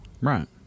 right